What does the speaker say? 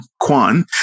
Kwan